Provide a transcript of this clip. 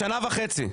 שנה וחצי.